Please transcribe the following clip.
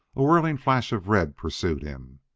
a whirring flash of red pursued him.